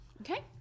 Okay